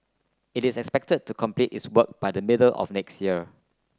it is expected to complete its work by the middle of next year